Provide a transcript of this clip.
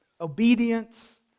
obedience